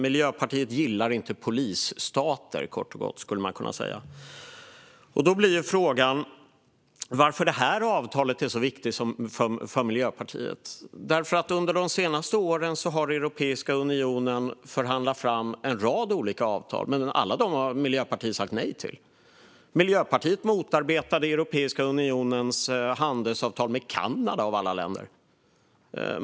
Man skulle kort och gott kunna säga att Miljöpartiet inte gillar polisstater. Då är frågan varför detta avtal är så viktigt för Miljöpartiet. Under de senaste åren har ju Europeiska unionen förhandlat fram en rad olika avtal. Till alla dem har Miljöpartiet sagt nej. Miljöpartiet motarbetade Europeiska unionens handelsavtal med Kanada av alla länder.